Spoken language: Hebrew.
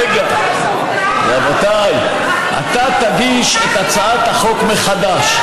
רגע, רבותיי, אתה תגיש את הצעת החוק מחדש,